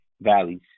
valleys